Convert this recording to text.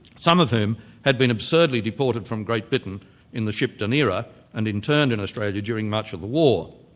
some of whom had been absurdly deported from great britain in the ship dunera and interned in australia during much of the war.